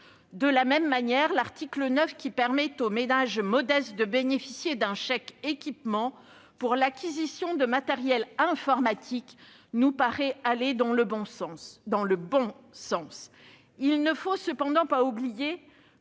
De la même manière, l'article 9, qui permet aux ménages modestes de bénéficier d'un chèque-équipement pour l'acquisition de matériel informatique, nous paraît aller dans le bon sens. Cependant, il ne faut pas l'oublier